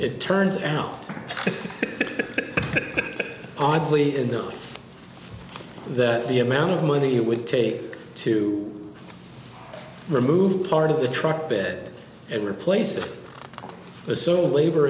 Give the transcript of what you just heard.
it turns out oddly enough that the amount of money it would take to remove part of the truck bed and replace it was so labor